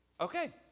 Okay